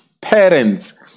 Parents